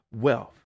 wealth